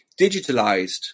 digitalized